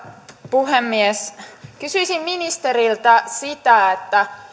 puhemies kysyisin ministeriltä sitä